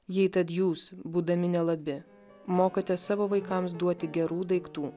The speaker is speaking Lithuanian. jei tad jūs būdami nelabi mokate savo vaikams duoti gerų daiktų